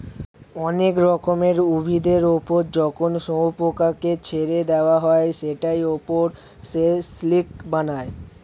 অনেক রকমের উভিদের ওপর যখন শুয়োপোকাকে ছেড়ে দেওয়া হয় সেটার ওপর সে সিল্ক বানায়